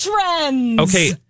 Okay